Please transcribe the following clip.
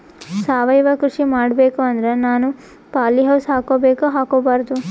ಸಾವಯವ ಕೃಷಿ ಮಾಡಬೇಕು ಅಂದ್ರ ನಾನು ಪಾಲಿಹೌಸ್ ಹಾಕೋಬೇಕೊ ಹಾಕ್ಕೋಬಾರ್ದು?